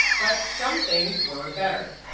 but some things were better.